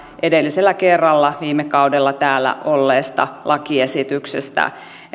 edellisellä kerralla viime kaudella täällä olleesta lakiesityksestä